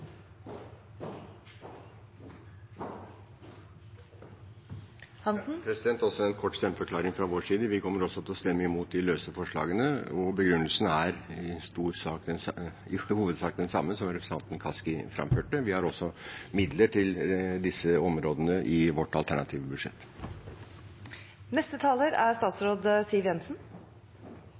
kort stemmeforklaring også fra vår side: Vi kommer også til å stemme mot de løse forslagene, og begrunnelsen er i hovedsak den samme som representanten Kaski framførte, at vi også har midler til disse områdene i vårt alternative